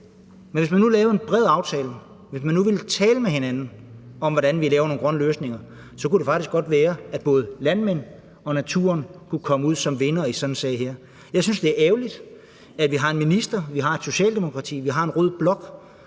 Men hvis man nu lavede en bred aftale, hvis man nu ville tale med hinanden om, hvordan vi laver nogle grønne løsninger, kunne det faktisk godt være, at både landmænd og naturen kunne komme ud som vindere i sådan en sag. Jeg synes, det er ærgerligt, at vi har en minister, et Socialdemokrati, en rød blok,